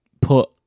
put